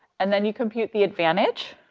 and then you compute the advantage